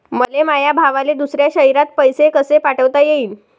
मले माया भावाले दुसऱ्या शयरात पैसे कसे पाठवता येईन?